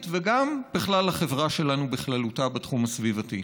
וגם בכלל לחברה שלנו בכללותה בתחום הסביבתי.